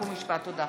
יש דברים שאפשר,